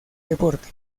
deporte